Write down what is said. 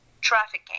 trafficking